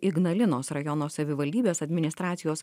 ignalinos rajono savivaldybės administracijos